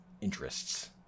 interests